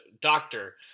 doctor